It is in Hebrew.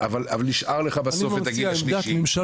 נשאר לך בסוף את הגיל השלישי,